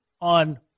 on